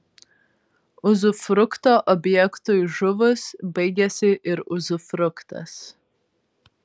uzufrukto objektui žuvus baigiasi ir uzufruktas